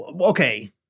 Okay